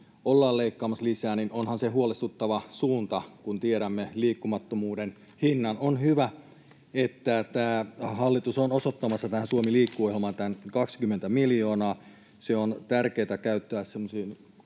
ollaan leikkaamassa lisää, niin onhan se huolestuttava suunta, kun tiedämme liikkumattomuuden hinnan. On hyvä, että tämä hallitus on osoittamassa tähän Suomi liikkeelle ‑ohjelmaan tämän 20 miljoonaa. Se on tärkeätä käyttöä semmoiseen